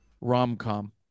rom-com